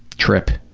trip,